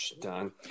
done